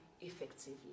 effectively